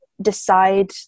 decide